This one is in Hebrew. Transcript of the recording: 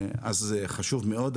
זה חשוב מאד.